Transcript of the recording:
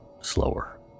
slower